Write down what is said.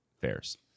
fares